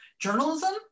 journalism